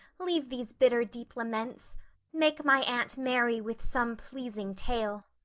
leave these bitter deep laments make my aunt merry with some pleasing tale.